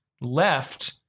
left